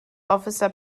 officer